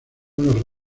unos